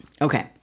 Okay